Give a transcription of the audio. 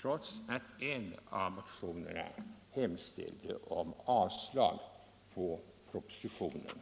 trots att en av motionerna hemställde om avslag på propositionen.